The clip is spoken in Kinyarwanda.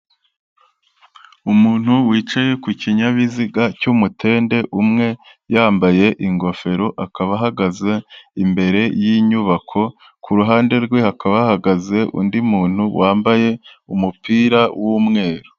Umuntu wicaye ku kinyabiziga cy'umutende umwe yambaye ingofero, akaba ahagaze imbere y'inyubako, kuruhande rwe hakaba hahagaze undi muntu wambaye umupira w'umweru.